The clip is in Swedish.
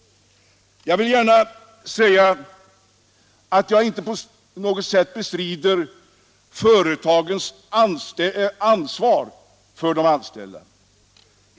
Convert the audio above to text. Jag vill gärna säga att jag inte på något sätt bestrider företagens ansvar för de anställda.